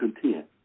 content